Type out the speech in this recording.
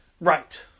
right